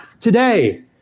today